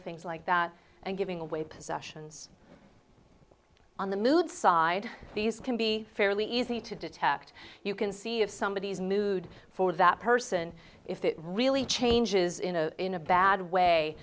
things like that and giving away possessions on the mood side these can be fairly easy to detect you can see of somebodies mood for that person if it really changes in a in a bad way